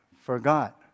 forgot